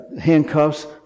handcuffs